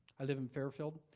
i live in fairfield,